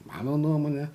mano nuomone